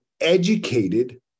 educated